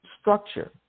structure